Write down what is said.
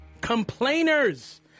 complainers